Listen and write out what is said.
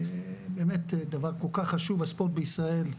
באמת דבר כל כך חשוב הספורט בישראל.